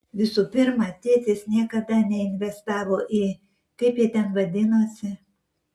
visų pirma tėtis niekada neinvestavo į kaip ji ten vadinosi